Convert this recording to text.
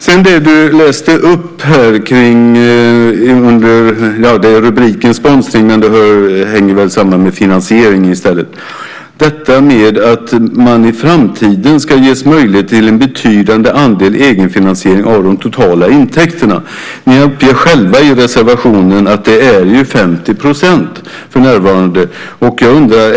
Vidare läste du upp ett stycke under rubriken Sponsring - det hänger väl snarare samman med finansieringen - om att man i framtiden ska ges möjlighet till en betydande andel egenfinansiering av de totala intäkterna. Ni uppger själva i reservationen att det är för närvarande är 50 %.